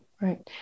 right